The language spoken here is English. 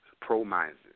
Promises